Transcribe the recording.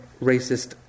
racist